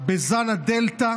בזן הדלתא